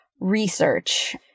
research